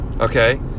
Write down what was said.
okay